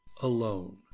alone